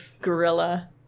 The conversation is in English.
gorilla